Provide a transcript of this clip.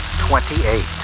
twenty-eight